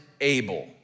able